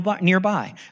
nearby